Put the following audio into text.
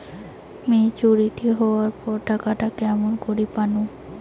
Maturity হবার পর টাকাটা কেমন করি পামু?